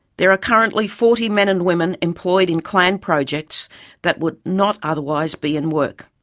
there are currently forty men and women employed in clan projects that would not otherwise be in work.